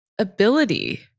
ability